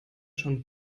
schon